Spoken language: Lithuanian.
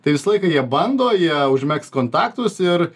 tai visą laiką jie bando jie užmegs kontaktus ir